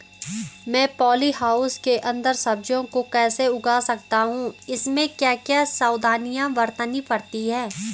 मैं poly house के अन्दर सब्जियों को कैसे उगा सकता हूँ इसमें क्या क्या सावधानियाँ बरतनी पड़ती है?